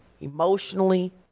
emotionally